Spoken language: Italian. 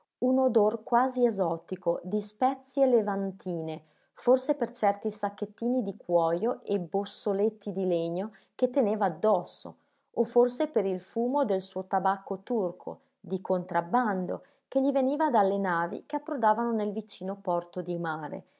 un odor quasi esotico di spezie levantine forse per certi sacchettini di cuojo e bossoletti di legno che teneva addosso o forse per il fumo del suo tabacco turco di contrabbando che gli veniva dalle navi che approdavano nel vicino porto di mare